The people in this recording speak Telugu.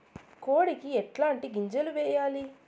కోడికి ఎట్లాంటి గింజలు వేయాలి?